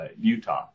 Utah